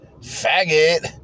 faggot